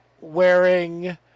wearing